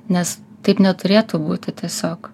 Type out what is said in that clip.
nes taip neturėtų būti tiesiog